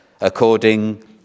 according